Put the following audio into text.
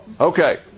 Okay